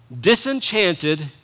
disenchanted